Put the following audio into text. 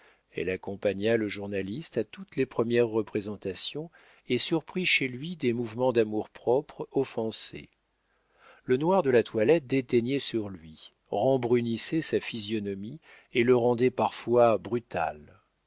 elle accompagna le journaliste à toutes les premières représentations et surprit chez lui des mouvements d'amour-propre offensé le noir de la toilette déteignait sur lui rembrunissait sa physionomie et le rendait parfois brutal